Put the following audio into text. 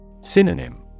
Synonym